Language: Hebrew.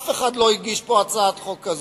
אף אחד לא הגיש פה הצעת חוק כזאת.